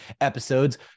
episodes